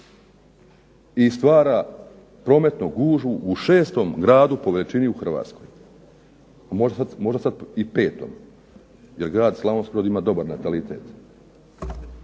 i stvara prometnu gužvu u 6 gradu po većini u Hrvatskoj, a možda sad i 5. Jer grad Slavonski Brod ima dobar natalitet.